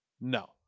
No